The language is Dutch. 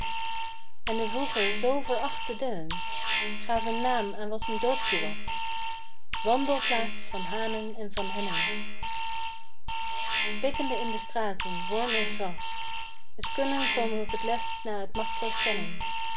en de vroeger zoo verachte dennen gaven naam aan wat een dorpje was wandelplaats van hanen en van hennen pikkende in de straten worm en gras t kunnen kwam op t lest na t machtloos kennen